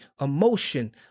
emotion